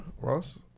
Ross